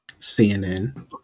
CNN